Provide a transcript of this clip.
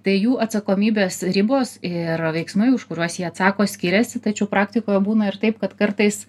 tai jų atsakomybės ribos ir veiksmai už kuriuos jie atsako skiriasi tačiau praktikoj būna ir taip kad kartais